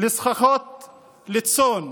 לסככות צאן.